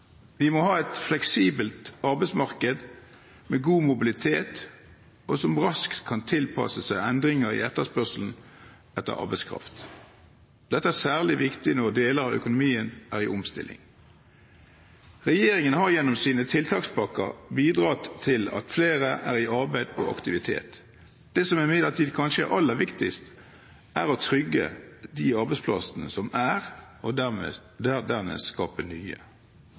Vi må ha et fleksibelt arbeidsmarked med god mobilitet, som raskt kan tilpasse seg endringer i etterspørselen etter arbeidskraft. Dette er særlig viktig når deler av økonomien er i omstilling. Regjeringen har gjennom sine tiltakspakker bidratt til at flere er i arbeid og aktivitet. Det som imidlertid kanskje er aller viktigst, er å trygge de arbeidsplassene som er, og